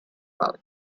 vote